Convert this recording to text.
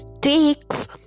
takes